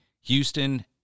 Houston